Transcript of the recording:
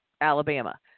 Alabama